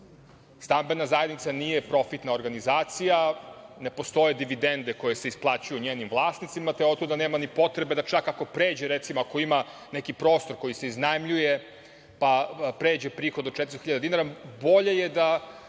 stambena zajednica nije profitna organizacija, ne postoje dividende koje se isplaćuju njenim vlasnicima, te otuda nema ni potrebe da, čak ako pređe, ako ima neki prostor koji se iznajmljuje, pa pređe prihod od 400.000,00 dinara, bolje je da